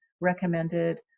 recommended